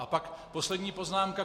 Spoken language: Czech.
A pak poslední poznámka.